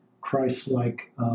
Christ-like